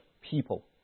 people